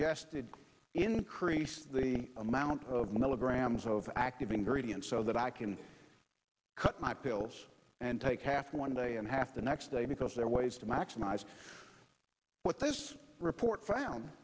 suggested increase the amount of milligrams of active ingredient so that i can cut my pills and take half one day and half the next day because there are ways to maximize what this report found